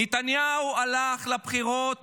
נתניהו הלך לבחירות,